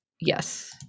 yes